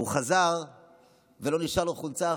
הוא חזר ולא נשארה לו חולצה.